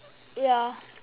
ya